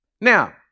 Now